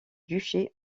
duché